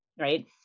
Right